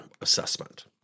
assessment